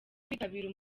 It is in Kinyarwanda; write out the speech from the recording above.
kwitabira